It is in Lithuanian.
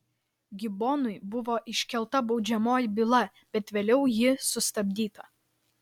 gibonui buvo iškelta baudžiamoji byla bet vėliau ji sustabdyta